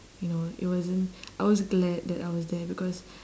you know it wasn't I was glad that I was there because